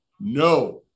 no